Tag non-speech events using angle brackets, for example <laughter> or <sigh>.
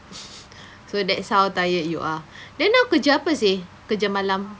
<laughs> so that's how tired you are then now kerja apa seh kerja malam